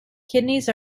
kidneys